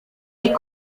est